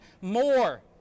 more